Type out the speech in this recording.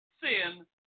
sin